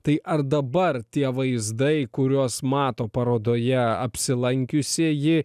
tai ar dabar tie vaizdai kuriuos mato parodoje apsilankiusieji